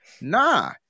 Nah